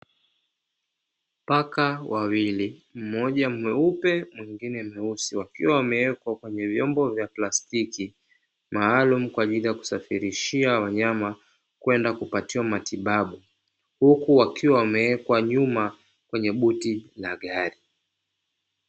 Paka wawili mmoja mweupe mwingine mweusi wakiwa wamewekwa kwenye vyombo vya plastiki maalumu kwaajili ya kusafirishia wanyama kwenda kupatiwa matibabu, huku wakiwa wamewekwa nyuma ya buti la gari.